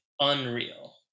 unreal